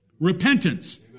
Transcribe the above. repentance